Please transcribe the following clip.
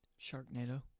Sharknado